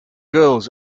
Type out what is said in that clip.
girls